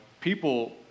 people